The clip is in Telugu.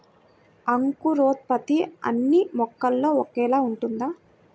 అంకురోత్పత్తి అన్నీ మొక్కలో ఒకేలా ఉంటుందా?